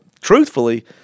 truthfully